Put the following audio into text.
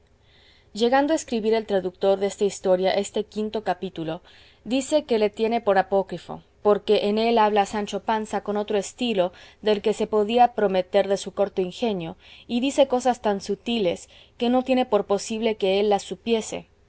llegando a escribir el traductor desta historia este quinto capítulo dice que le tiene por apócrifo porque en él habla sancho panza con otro estilo del que se podía prometer de su corto ingenio y dice cosas tan sutiles que no tiene por posible que él las supiese